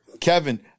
Kevin